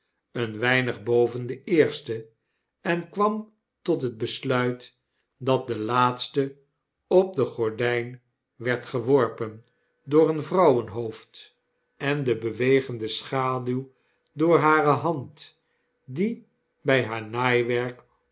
een weinig boven de eerste en kwam tot het besluit dat de laatste op de gordgn werd geworpen door een vrouwenhoofd en de bewegende schaduw door hare hand die by haar